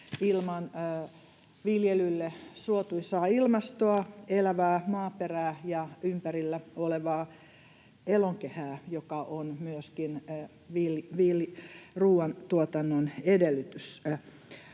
ilman viljelylle suotuisaa ilmastoa, elävää maaperää ja ympärillä olevaa elonkehää, joka on myöskin ruoantuotannon edellytys.